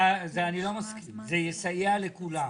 זה יסייע לכולם.